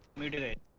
media id